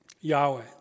Yahweh